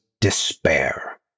despair